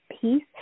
peace